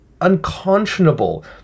unconscionable